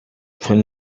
from